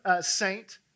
Saint